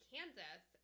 Kansas